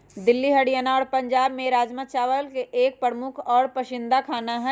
दिल्ली हरियाणा और पंजाब में राजमा चावल एक प्रमुख और पसंदीदा खाना हई